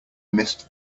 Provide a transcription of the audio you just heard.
missed